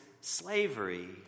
Slavery